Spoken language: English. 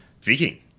speaking